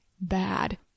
bad